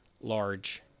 large